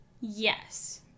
yes